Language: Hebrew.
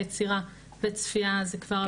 יצירה וצפייה זה כבר עבירה פלילית.